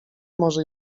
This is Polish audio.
może